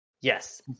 Yes